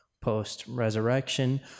post-resurrection